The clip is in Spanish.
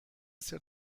ser